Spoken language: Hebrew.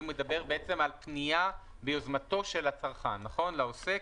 שמדבר על פנייה ביוזמתו של הצרכן לעוסק.